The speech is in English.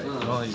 ah